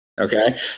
Okay